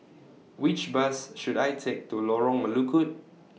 Which Bus should I Take to Lorong Melukut